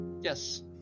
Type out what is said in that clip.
Yes